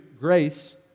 grace